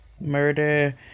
murder